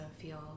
feel